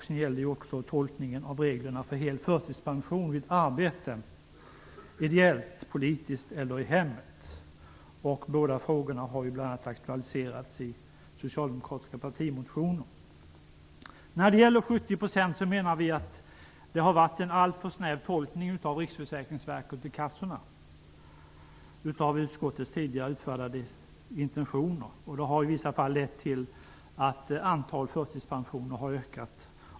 Det gäller också tolkningen av reglerna för hel förtidspension vid idellt eller politiskt arbete eller arbete i hemmet. Båda frågorna har aktualiserats i socialdemokratiska partimotioner. Vi menar att Riksförsäkringsverkets och kassornas tolkning av de intentioner utskottet utfärdade i samband med bestämmelserna om 70-procentig ersättning har varit alltför snäv. Det har i vissa fall lett till att antalet förtidspensioneringar har ökat.